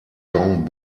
john